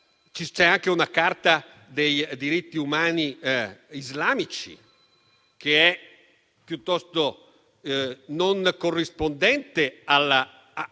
C'è anche una Carta dei diritti umani islamici, che è piuttosto non corrispondente a